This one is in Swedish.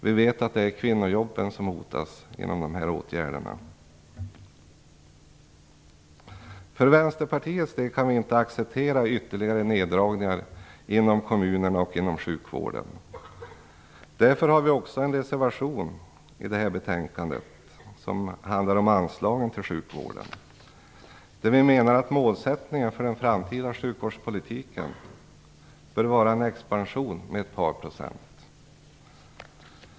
Vi vet att det är kvinnojobben som hotas genom dessa åtgärder. För Vänsterpartiets del kan vi inte acceptera ytterligare neddragning inom kommunerna och inom sjukvården. Därför har vi också en reservation i betänkandet som handlar om anslagen till sjukvården. Vi menar att målsättningen för den framtida sjukvårdspolitiken bör vara en expansion på ett par procent.